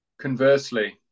conversely